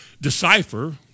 decipher